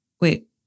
wait